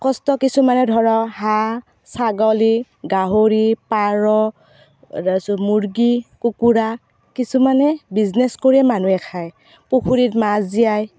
কষ্ট কিছুমানে ধৰক হাঁহ ছাগলী গাহৰি পাৰ তাৰপিছত মুৰ্গী কুকুৰা কিছুমানে বিজনেছ কৰিয়ে মানুহে খায় পুখুৰীত মাছ জীয়াই